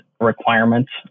requirements